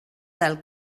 del